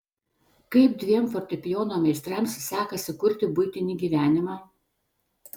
kaip dviem fortepijono meistrams sekasi kurti buitinį gyvenimą